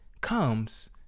comes